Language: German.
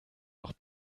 noch